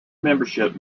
membership